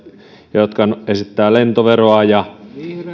jotka esittävät lentoveroa